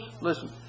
Listen